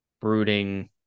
brooding